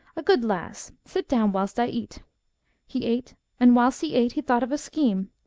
a good lass! sit down whilst i eat he ate, and whilst he ate he thought of a scheme.